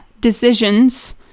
decisions